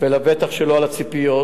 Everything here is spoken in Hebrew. ולבטח שלא על הציפיות.